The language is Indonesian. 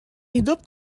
hidup